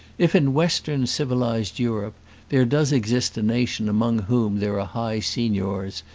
if in western civilised europe there does exist a nation among whom there are high signors,